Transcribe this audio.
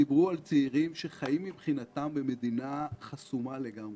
הם דיברו על צעירים שחיים מבחינתם במדינה חסומה לגמרי.